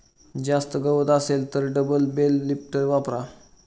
जास्त गवत असेल तर डबल बेल लिफ्टर वापरा